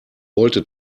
wollte